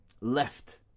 left